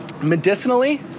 Medicinally